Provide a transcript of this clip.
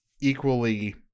equally